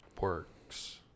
works